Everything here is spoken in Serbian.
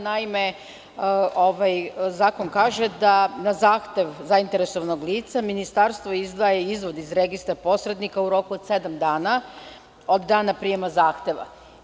Naime, zakon kaže da na zahtev zainteresovanog lica ministarstvo izdaje izvod iz registra posrednika u roku od sedam dana od dana prijema zahteva.